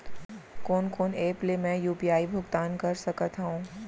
कोन कोन एप ले मैं यू.पी.आई भुगतान कर सकत हओं?